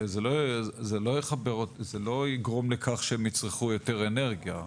זה לא יגרום לכך שהם יצרכו יותר אנרגיה,